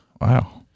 Wow